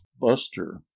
Buster